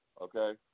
okay